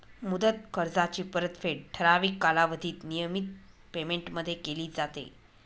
मुदत कर्जाची परतफेड ठराविक कालावधीत नियमित पेमेंटमध्ये केली जाते